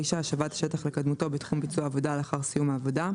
(9)השבת השטח לקדמותו בתחום ביצוע העבודה לאחר סיום העבודה,